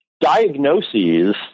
Diagnoses